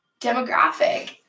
demographic